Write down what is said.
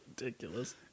ridiculous